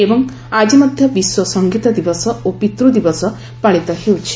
ଏବଂ ଆଜି ମଧ୍ୟ ବିଶ୍ୱ ସଙ୍ଗୀତ ଦିବସ ଓ ପିତ୍ନ ଦିବସ ପାଳିତ ହେଉଛି